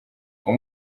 uwo